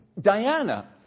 Diana